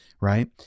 right